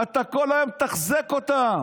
אתה כל היום מתחזק אותם.